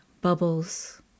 bubbles